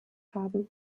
haben